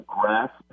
grasp